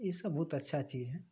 ईसब बहुत अच्छा चीज हइ